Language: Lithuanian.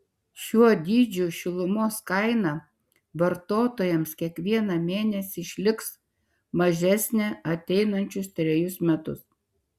šiuo dydžiu šilumos kaina vartotojams kiekvieną mėnesį išliks mažesnė ateinančius trejus metus